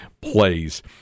plays